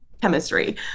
chemistry